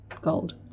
gold